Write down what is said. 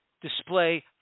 display